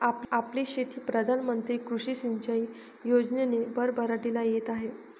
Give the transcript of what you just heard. आपली शेती प्रधान मंत्री कृषी सिंचाई योजनेने भरभराटीला येत आहे